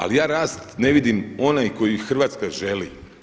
Ali ja rast ne vidim onaj koji Hrvatska želi.